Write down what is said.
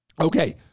Okay